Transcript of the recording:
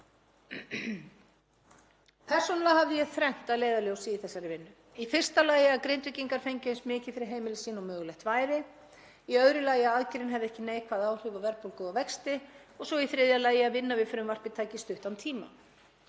Persónulega hafði ég þrennt að leiðarljósi í þessari vinnu: Í fyrsta lagi að Grindvíkingar fengju eins mikið fyrir heimili sín og mögulegt væri. Í öðru lagi að aðgerðin hefði ekki neikvæð áhrif á verðbólgu og vexti og svo í þriðja lagi að vinna við frumvarpið tæki stuttan tíma.